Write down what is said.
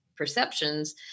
perceptions